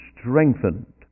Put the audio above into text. strengthened